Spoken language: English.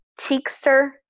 Cheekster